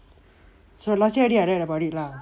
so last year already I read about it lah